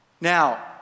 Now